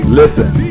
listen